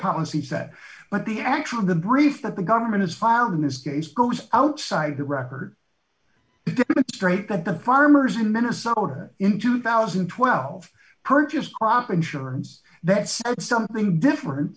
policies that but the action of the brief that the government has filed in this case goes outside the record straight that the farmers in minnesota in two thousand and twelve purchased crop insurance that's something different